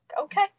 okay